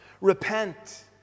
Repent